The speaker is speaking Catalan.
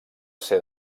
ser